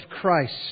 Christ